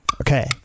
Okay